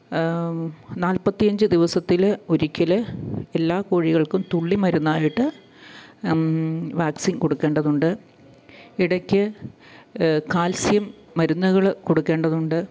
നാൽപത്തിയഞ്ച് ദിവസത്തിലൊരിക്കല് എല്ലാ കോഴികൾക്കും തുള്ളിമരുന്നായിട്ട് വാക്സിൻ കൊടുക്കേണ്ടതുണ്ട് ഇടയ്ക്ക് കാൽസ്യം മരുന്നുകള് കൊടുക്കേണ്ടതുണ്ട്